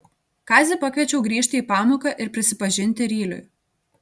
kazį pakviečiau grįžti į pamoką ir prisipažinti ryliui